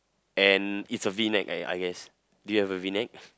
and it's a V neck I I guess do you have a V neck